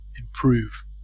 improve